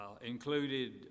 included